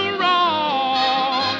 wrong